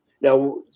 now